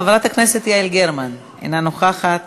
חברת הכנסת יעל גרמן, אינה נוכחת,